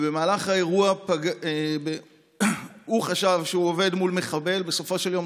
במהלך האירוע הוא חשב שהוא עומד מול מחבל ובסופו של יום,